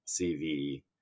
CV